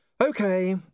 Okay